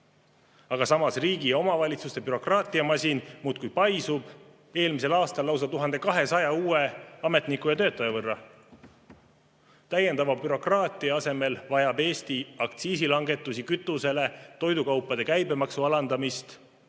samas riigi ja omavalitsuste bürokraatiamasin muudkui paisub, eelmisel aastal lausa 1200 uue ametniku ja töötaja võrra. Täiendava bürokraatia asemel vajab Eesti aktsiisilangetusi kütustele, toidukaupade käibemaksu alandamist.